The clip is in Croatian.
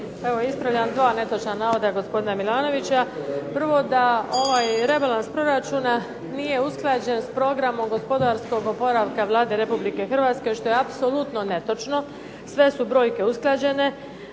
Evo ispravljam dva netočna navoda gospodina Milanovića. Prvo da ovaj rebalans proračuna nije usklađen s programom gospodarskog oporavka Vlade Republike Hrvatske što je apsolutno netočno, sve su brojke usklađene.